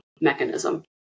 mechanism